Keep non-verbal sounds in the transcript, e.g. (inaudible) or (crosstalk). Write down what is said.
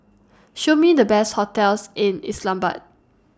Show Me The Best hotels in (unintelligible)